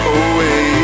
away